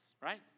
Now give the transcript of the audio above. right